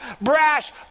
brash